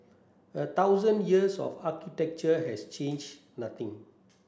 a thousand years of architecture has changed nothing